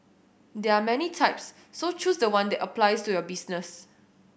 there are many types so choose the one that applies to your business